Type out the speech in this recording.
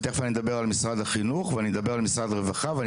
ותיכף אני אדבר על משרד החינוך ואני אדבר על משרד הרווחה ואני